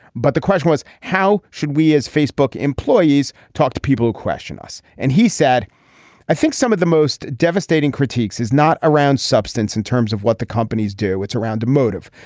but the question was how should we as facebook employees talk to people who question us. and he said i think some of the most devastating critiques is not around substance in terms of what the companies do it's around a motive.